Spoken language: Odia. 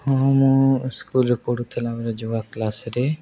ହଁ ମୁଁ ସ୍କୁଲରେ ପଢ଼ୁଥିଲା ବେଳେ ଯୋଗ କ୍ଲାସରେ